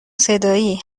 صدایی